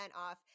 off